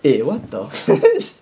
eh what the